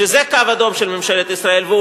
שזה הקו האדום של ממשלת ישראל,